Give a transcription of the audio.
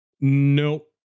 Nope